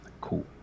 cool